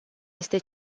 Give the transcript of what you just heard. este